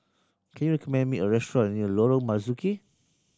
can you recommend me a restaurant near Lorong Marzuki